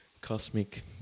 cosmic